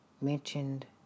mentioned